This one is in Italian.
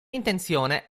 intenzione